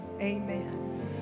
amen